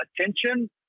attention